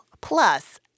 plus